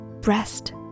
breast